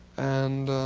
and